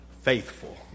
faithful